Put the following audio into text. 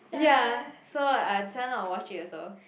ya so I decided not to watch it also